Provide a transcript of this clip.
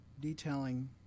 detailing